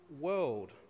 world